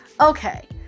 okay